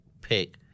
pick